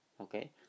Okay